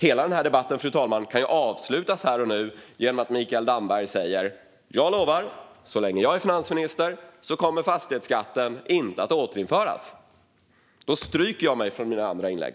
Hela denna debatt skulle kunna avslutas här och nu om Mikael Damberg säger: "Jag lovar att så länge jag är finansminister kommer fastighetsskatten inte att återinföras." Då stryker jag mig från mina andra inlägg.